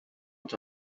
ont